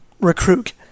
recruit